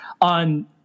on